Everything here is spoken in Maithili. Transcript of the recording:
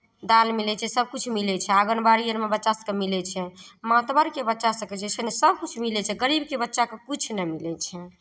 दालि मिलै छै सभकिछु मिलै छै आङ्गनवाड़ी अरमे बच्चासभकेँ मिलै छै मातबरके बच्चासभकेँ जे छै ने सभकिछु मिलै छै गरीबके बच्चाकेँ किछु नहि मिलै छै